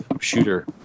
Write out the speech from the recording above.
shooter